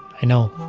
i know